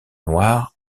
noires